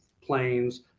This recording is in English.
planes